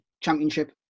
Championship